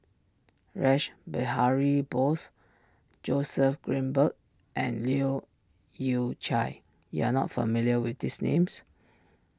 Rash Behari Bose Joseph Grimberg and Leu Yew Chye you are not familiar with these names